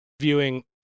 Viewing